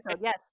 yes